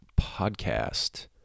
podcast